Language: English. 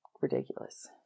ridiculous